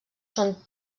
són